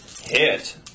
hit